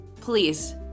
please